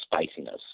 spiciness